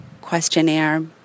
questionnaire